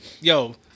Yo